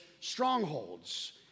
strongholds